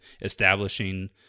establishing